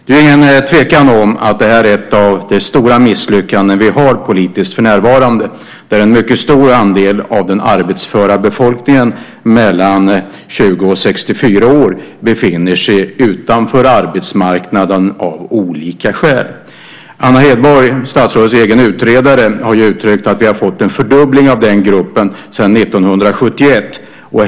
Det är ingen tvekan om att detta för närvarande är ett av de stora misslyckandena politiskt, det vill säga att en mycket stor andel av den arbetsföra befolkningen mellan 20 och 64 år av olika skäl befinner sig utanför arbetsmarknaden. Anna Hedborg, statsrådets egen utredare, har uttryckt att vi har fått en fördubbling av denna grupp sedan 1971.